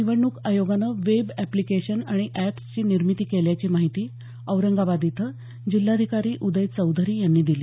निवडणूक आयोगानं web applications आणि एप्सची निर्मिती केल्याची माहिती औरंगाबाद इथं जिल्हाधिकारी उदय चौधरी यांनी दिली